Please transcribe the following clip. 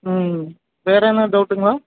ம் வேறு எதுனா டவுட்டுங்களா